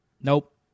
Nope